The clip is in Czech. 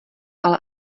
ale